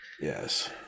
Yes